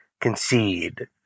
concede